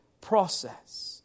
process